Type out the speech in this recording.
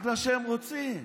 בגלל שהם רוצים.